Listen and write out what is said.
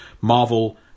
Marvel